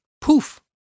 poof